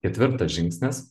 ketvirtas žingsnis